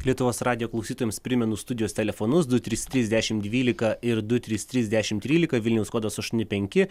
lietuvos radijo klausytojams primenu studijos telefonus du trys trys dešim dvylika ir du trys trys dešim trylika vilniaus kodas aštuoni penki